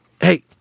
hey